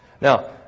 Now